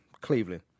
Cleveland